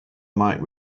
might